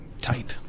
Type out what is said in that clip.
type